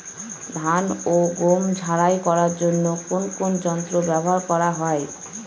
ধান ও গম ঝারাই করার জন্য কোন কোন যন্ত্র ব্যাবহার করা হয়?